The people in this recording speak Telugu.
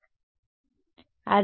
విద్యార్థి గ్రేడియంట్ ఆఫ్